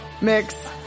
mix